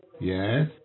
Yes